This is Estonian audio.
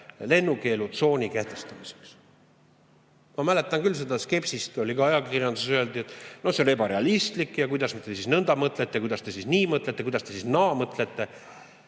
lennukeelutsooni kehtestamiseks. Ma mäletan küll, seda skepsist oli ka ajakirjanduses, öeldi, et see on ebarealistlik ja kuidas te siis nõnda mõtlete, kuidas te nii mõtlete, kuidas te naa mõtlete.